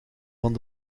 van